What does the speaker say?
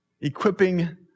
Equipping